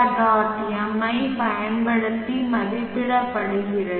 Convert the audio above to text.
m ஐப் பயன்படுத்தி மதிப்பிடப்படுகிறது